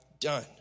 done